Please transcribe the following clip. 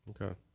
Okay